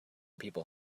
people